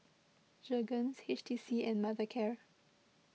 Jergens H T C and Mothercare